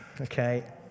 Okay